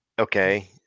okay